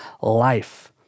life